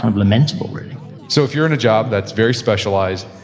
um lamentable really so if you're in a job that's very specialized,